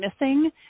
missing